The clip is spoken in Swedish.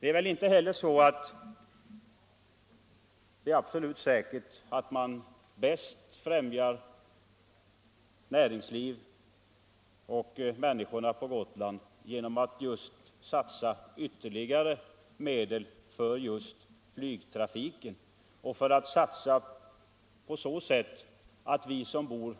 Det är väl inte heller absolut säkert att man bäst främjar näringslivet och människorna på Gotland genom att satsa ytterligare medel för just flygtrafiken — och genom att satsa på så sätt att vi som bor